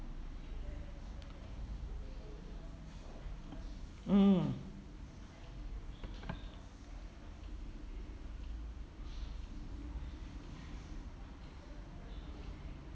mm